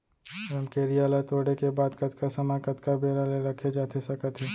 रमकेरिया ला तोड़े के बाद कतका समय कतका बेरा ले रखे जाथे सकत हे?